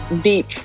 Deep